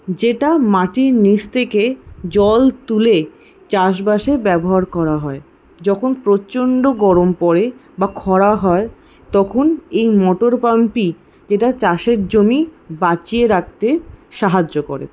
যেটা মাটির নিচ থেকে জল তুলে চাষবাসে ব্যবহার করা হয় যখন প্রচন্ড গরম পড়ে বা খরা হয় তখন এই মটর পাম্পটি যেটা চাষের জমি বাঁচিয়ে রাখতে সাহায্য করে